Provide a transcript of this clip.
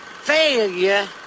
failure